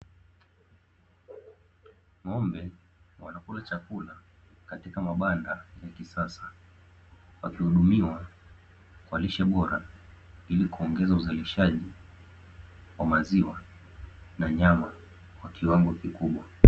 Ng'ombe wanakula chakula katika mabanda ya kisasa, wakihudumiwa kwa lishe bora, ili kuongeza uzalishaji wa maziwa na nyama kwa kiwango kikubwa.